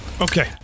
Okay